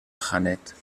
janet